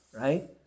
right